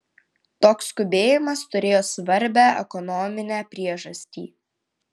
toks skubėjimas turėjo svarbią ekonominę priežastį